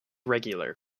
regular